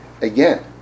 again